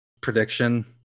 prediction